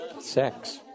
sex